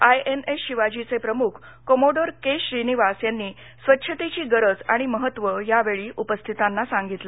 I N S शिवाजीचे प्रमुख commodore K Srinivas यांनी स्वच्छतेची गरज आणि महत्त्व यावेळी उपस्थितांना सांगितलं